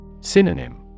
Synonym